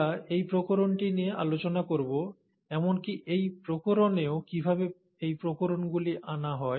আমরা এই প্রকরণটি নিয়ে আলোচনা করব এমনকি এই প্রকরণেও কীভাবে এই প্রকরণগুলি আনা হয়